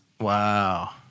Wow